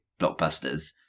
blockbusters